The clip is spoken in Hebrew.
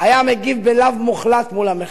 היה מגיב בלאו מוחלט מול המחאה.